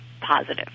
positive